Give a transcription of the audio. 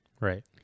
Right